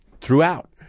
throughout